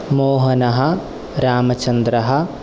मोहनः रामचन्द्रः